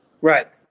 Right